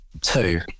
two